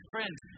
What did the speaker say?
Friends